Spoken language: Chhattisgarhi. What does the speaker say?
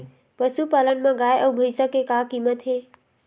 पशुपालन मा गाय अउ भंइसा के का कीमत हे?